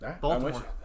Baltimore